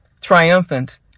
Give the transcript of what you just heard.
Triumphant